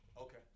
Okay